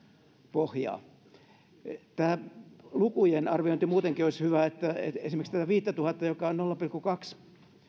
pohjaa tästä lukujen arvioinnista muutenkin olisi hyvä että esimerkiksi tätä viittätuhatta joka on nolla pilkku kaksi